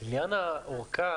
עניין האורכה